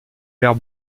mers